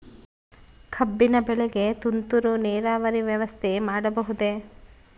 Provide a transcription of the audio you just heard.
ಕಬ್ಬಿನ ಬೆಳೆಗೆ ತುಂತುರು ನೇರಾವರಿ ವ್ಯವಸ್ಥೆ ಮಾಡಬಹುದೇ?